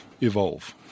Evolve